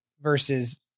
versus